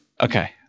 Okay